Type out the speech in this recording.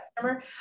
customer